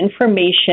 information